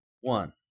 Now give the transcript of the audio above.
one